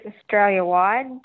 Australia-wide